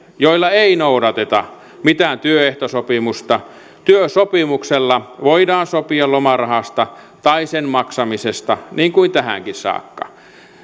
joilla ei noudateta mitään työehtosopimusta työsopimuksella voidaan sopia lomarahasta tai sen maksamisesta niin kuin tähänkin saakka